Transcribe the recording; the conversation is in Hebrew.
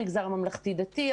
למגזר הממלכתי דתי,